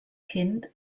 kind